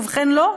ובכן לא.